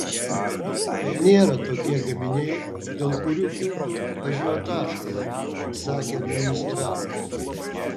tai nėra tokie gaminiai dėl kurių kiltų ažiotažas sakė administratorius